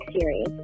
series